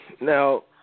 Now